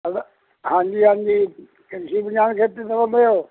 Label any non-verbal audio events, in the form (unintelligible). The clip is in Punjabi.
ਹੈਲੋ ਹਾਂਜੀ ਹਾਂਜੀ (unintelligible) ਪੰਜਾਬ ਖੇਤਰ ਤੋਂ ਬੋਲਦੇ ਹੋ